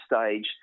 stage